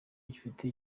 gifite